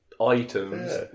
items